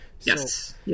Yes